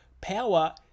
Power